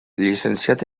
llicenciat